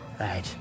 Right